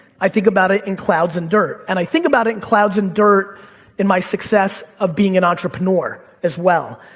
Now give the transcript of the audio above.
i think about it in clouds and dirt. and i think about it in clouds and dirt in my success of being an entrepreneur, as well.